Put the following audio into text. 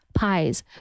pies